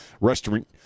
restaurant